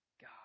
God